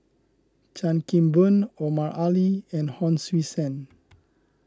Chan Kim Boon Omar Ali and Hon Sui Sen